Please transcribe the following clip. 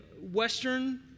Western